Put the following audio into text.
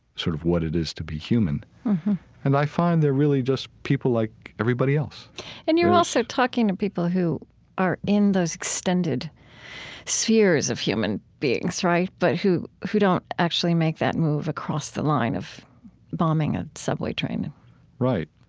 sort of, what it is to be human mm-hmm and i find they're really just people like everybody else and you're also talking to people who are in those extended spheres of human beings, right? but who who don't actually make that move across the line of bombing a subway train right.